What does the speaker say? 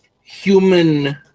human